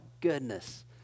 goodness